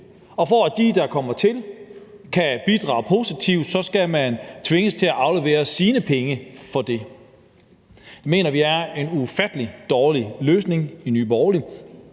at for at dem, der kommer til, kan bidrage positivt, så skal man tvinges til at aflevere sine penge, som går til det. Det mener vi i Nye Borgerlige er en ufattelig dårlig løsning. Derfor mener